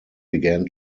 began